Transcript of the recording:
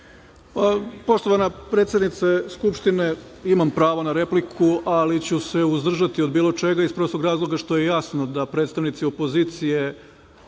Poštovana predsednice Skupštine, imam pravo na repliku ali ću se uzdržati od bilo čega iz prostog razloga što je jasno da predstavnici opozicije,